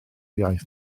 iaith